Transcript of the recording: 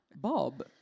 Bob